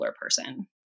person